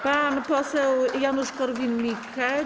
Pan poseł Janusz Korwin-Mikke.